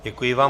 Děkuji vám.